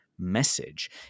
message